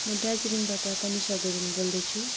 म दार्जिलिङबाट कनिषा गुरुङ बोल्दैछु